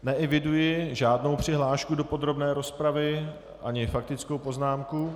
Neeviduji žádnou přihlášku do podrobné rozpravy, ani faktickou poznámku.